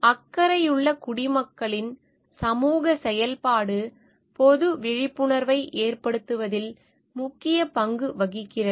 அக்கறையுள்ள குடிமக்களின் சமூகச் செயல்பாடு பொது விழிப்புணர்வை ஏற்படுத்துவதில் முக்கியப் பங்கு வகிக்கிறது